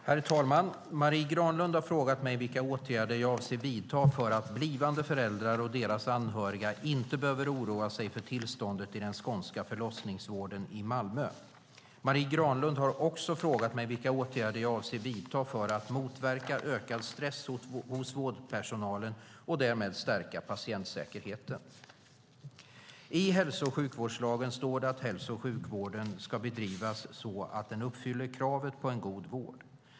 Herr talman! Marie Granlund har frågat mig vilka åtgärder jag avser att vidta för att blivande föräldrar och deras anhöriga inte behöver oroa sig för tillståndet i den skånska förlossningsvården i Malmö. Marie Granlund har också frågat mig vilka åtgärder jag avser att vidta för att motverka ökad stress hos vårdpersonalen och därmed stärka patientsäkerheten. I hälso och sjukvårdslagen står det att hälso och sjukvården ska bedrivas så att den uppfyller kravet på en god vård.